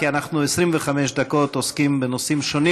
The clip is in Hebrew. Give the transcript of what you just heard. כי אנחנו 25 דקות עוסקים בנושאים שונים,